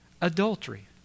Adultery